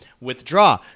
Withdraw